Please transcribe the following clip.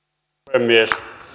puhemies